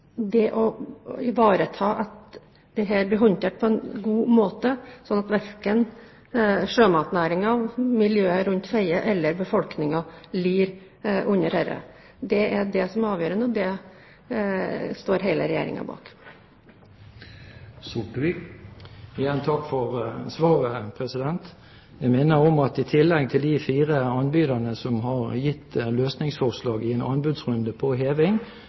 at dette blir håndtert på en god måte, slik at verken sjømatnæringen, miljøet rundt Fedje eller befolkningen lider under dette. Det er det som er avgjørende, og det står hele Regjeringen bak. Igjen takk for svaret. Jeg minner om at i tillegg til de fire anbyderne som har gitt løsningsforslag i en anbudsrunde på heving,